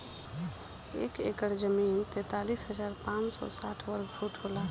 एक एकड़ जमीन तैंतालीस हजार पांच सौ साठ वर्ग फुट होला